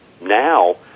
Now